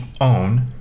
own